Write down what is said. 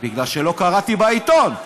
כי לא קראתי בעיתון.